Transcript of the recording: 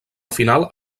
final